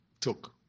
took